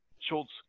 Schultz